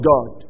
God